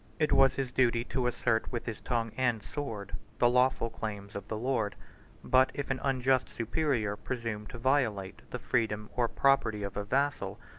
it was his duty to assert with his tongue and sword the lawful claims of the lord but if an unjust superior presumed to violate the freedom or property of a vassal,